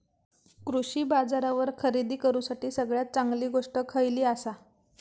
कृषी बाजारावर खरेदी करूसाठी सगळ्यात चांगली गोष्ट खैयली आसा?